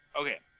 okay